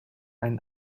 einen